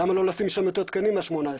למה לא לשים שם יותר תקנים מה-18?